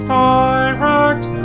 direct